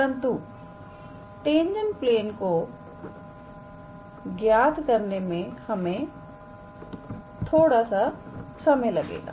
परंतु tangent plane को ज्ञात करने में हमें थोड़ा सा समय लगेगा